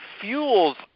fuels